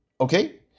okay